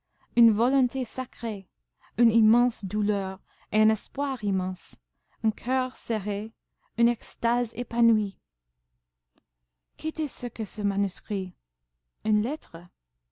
une volonté sacrée une immense douleur et un espoir immense un coeur serré une extase épanouie qu'était-ce que ce manuscrit une lettre